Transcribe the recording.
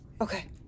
Okay